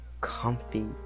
comfy